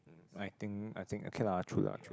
I think I think okay lah true lah true